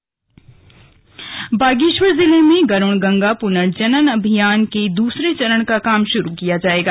slug Garud Ganga Bageshwar जिले में गरुड़ गंगा पुनर्जनन अभियान के दूसरे चरण का काम शुरू किया जाएगा